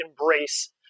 embrace